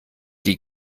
die